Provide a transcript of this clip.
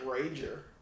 ranger